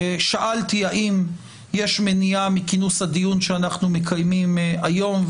שאלתי האם יש מניעה מכינוס הדיון שאנחנו מקיימים היום,